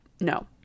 no